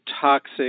toxic